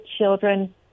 children